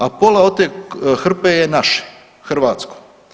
A pola od te hrpe je naše, hrvatsko.